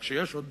רק שיש עוד